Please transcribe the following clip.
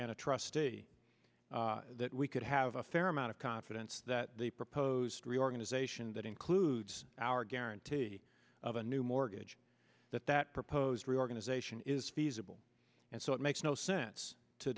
and a trustee that we could have a fair amount of confidence that the proposed reorganization that includes our guarantee of a new mortgage that that proposed reorganization is feasible and so it makes no sense to